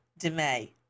DeMay